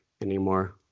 anymore